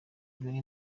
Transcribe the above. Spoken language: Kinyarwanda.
bimwe